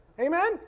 Amen